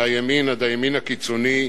מהימין עד הימין הקיצוני,